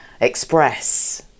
express